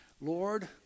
Lord